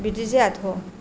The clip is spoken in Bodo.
बिदि जायाथ'